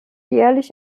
jährlich